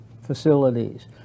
facilities